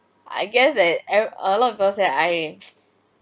I guess that ever~ a lot of people say I